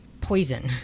Poison